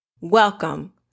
Welcome